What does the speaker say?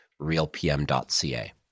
RealPM.ca